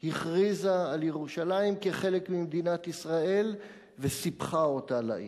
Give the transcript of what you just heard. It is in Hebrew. הכריזה על ירושלים כחלק ממדינת ישראל וסיפחה אותה לעיר.